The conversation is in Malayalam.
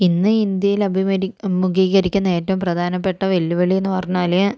ഇന്ന് ഇന്ത്യയില് അഭിമുഖീകരി അഭിമുഖീകരിക്കുന്ന ഏറ്റവും പ്രധാനപ്പെട്ട വെല്ലുവിളി എന്ന് പറഞ്ഞാല്